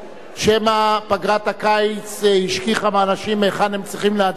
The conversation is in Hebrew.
שמא פגרת הקיץ השכיחה מאנשים היכן הם צריכים להצביע.